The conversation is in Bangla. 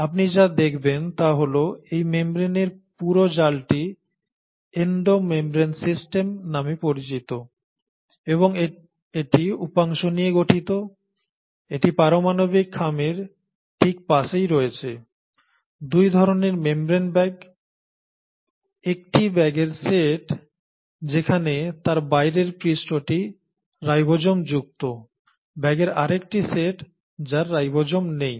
আপনি যা দেখবেন তা হল এই মেমব্রেনের পুরো জালটি এন্ডো মেমব্রেন সিস্টেম নামে পরিচিত এবং এটি উপাংশ নিয়ে গঠিত এটি পারমাণবিক খামের ঠিক পাশেই রয়েছে 2 ধরণের মেমব্রেন ব্যাগ একটি ব্যাগের সেট যেখানে তার বাইরের পৃষ্ঠটি রাইবোসোমযুক্ত ব্যাগের আরেকটি সেট যায় রাইবোসোম নেই